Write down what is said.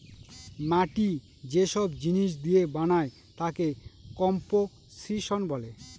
মাটি যে সব জিনিস দিয়ে বানায় তাকে কম্পোসিশন বলে